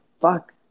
fuck